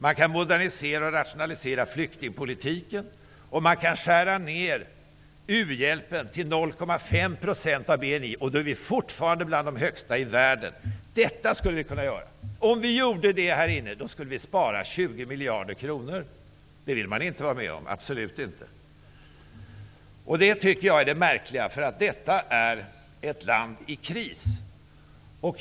Man kan modernisera och rationalisera flyktingpolitiken och skära ned u-hjälpen till 0,5 % av BNI. Då tillhör vi ändå dem som ligger högst i världen. Om vi gjorde allt detta, skulle vi spara 20 miljarder kronor, men det vill man absolut inte vara med på. Detta är märkligt, för vårt land är ett land i kris.